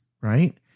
Right